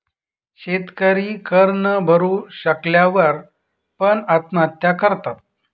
शेतकरी कर न भरू शकल्या वर पण, आत्महत्या करतात